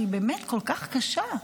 והיא באמת כל כך קשה,